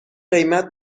قیمت